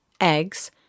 eggs